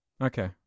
Okay